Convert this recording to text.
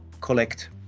collect